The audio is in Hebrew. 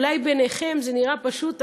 אולי בעיניכם זה נראה פשוט,